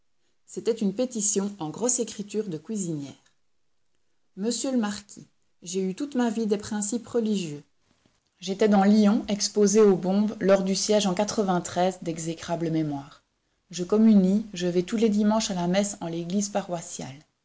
c'était une pétition en grosse écriture de cuisinière monsieur le marquis j'ai eu toute ma vie des principes religieux j'étais dans lyon exposé aux bombes lors du siège en d'exécrable mémoire je communie je vais tous les dimanches à la messe en l'église paroissiale